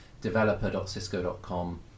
developer.cisco.com